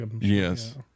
Yes